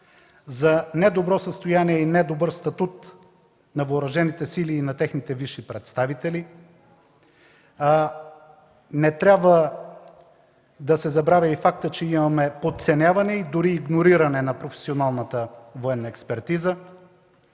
за недобро състояние и недобър статут на Въоръжените сили и на техните висши представители. Не трябва да се забравя и фактът, че имаме подценяване, дори игнориране, на професионалната военна експертиза.